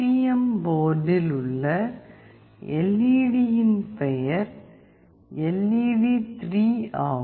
M போர்டில் உள்ள LED யின் பெயர் எல்ஈடி3 ஆகும்